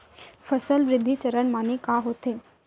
फसल वृद्धि चरण माने का होथे?